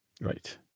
Right